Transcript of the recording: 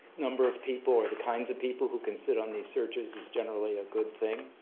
number of people or the kinds of people who can sit on these searches is generally a good thing.